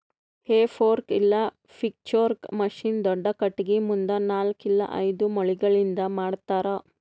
ಹೇ fork ಇಲ್ಲ pitchfork machine ದೊಡ್ದ ಖಟಗಿ ಮುಂದ ನಾಲ್ಕ್ ಇಲ್ಲ ಐದು ಮೊಳಿಗಳಿಂದ್ ಮಾಡ್ತರ